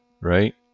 right